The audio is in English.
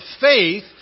faith